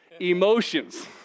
emotions